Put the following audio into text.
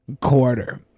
Quarter